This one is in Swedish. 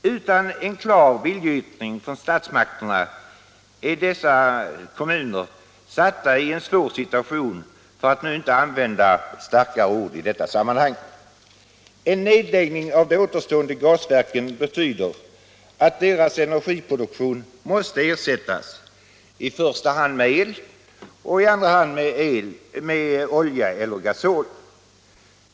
Utan en klar viljeyttring från statsmakterna är dessa kommuner satta i en svår situation — för att inte använda starkare ord. En nedläggning av de återstående gasverken betyder att deras energiproduktion måste ersättas, med el eller med olja och gasol.